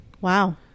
Wow